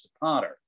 Potter